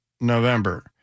November